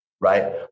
right